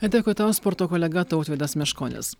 dėkui tau sporto kolega tautvydas meškonis